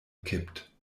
kippt